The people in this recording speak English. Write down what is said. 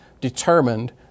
determined